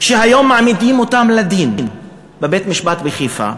היום מעמידים אותם לדין בבית-משפט בחיפה,